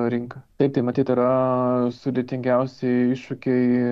rinką taip tai matyt yra sudėtingiausi iššūkiai